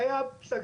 אחרי חצי